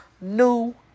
new